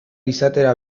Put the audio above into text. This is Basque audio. izatera